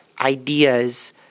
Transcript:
ideas